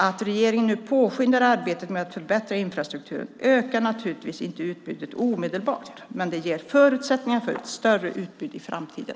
Att regeringen nu påskyndar arbetet med att förbättra infrastrukturen ökar naturligtvis inte utbudet omedelbart, men det ger förutsättningar för ett större utbud i framtiden.